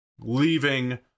leaving